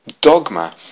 dogma